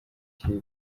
kipe